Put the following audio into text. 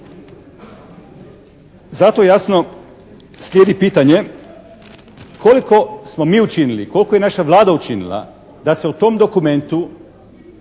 Zato jasno slijedi pitanje koliko smo mi učinili, koliko je naša Vlada učinila da se u tom dokumentu